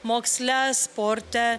moksle sporte